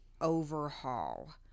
overhaul